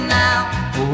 now